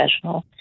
professional